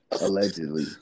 Allegedly